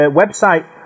website